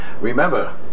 Remember